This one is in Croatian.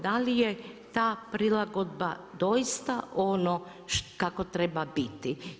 Da li je ta prilagodba doista ono kako treba biti?